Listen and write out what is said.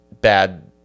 bad